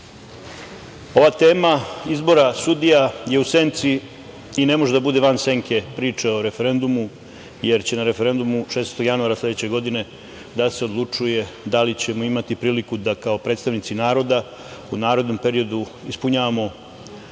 tema izbora sudija je u senci i ne može da bude van senke priče o referendumu, jer će na referendumu 16. januara sledeće godine da se odlučuje da li ćemo imati priliku da kao predstavnici naroda u narednom periodu ispunjavamo